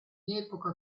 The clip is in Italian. epoca